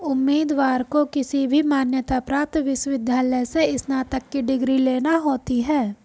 उम्मीदवार को किसी भी मान्यता प्राप्त विश्वविद्यालय से स्नातक की डिग्री लेना होती है